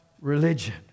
religion